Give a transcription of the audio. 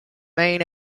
main